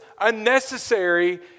unnecessary